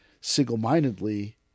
single-mindedly